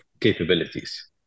capabilities